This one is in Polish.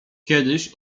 kiedyś